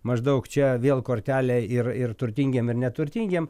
maždaug čia vėl kortelė ir ir turtingiem ir neturtingiem